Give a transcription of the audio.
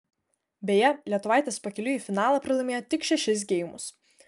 beje lietuvaitės pakeliui į finalą pralaimėjo tik šešis geimus